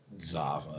Zava